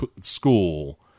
school